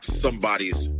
somebody's